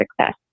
success